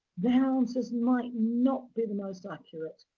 their answers might not be the most accurate